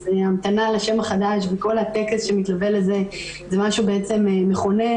ההמתנה לשם החדש וכל הטקס שמתלווה לזה זה משהו מכונן,